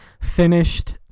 Finished